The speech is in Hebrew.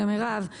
למרב,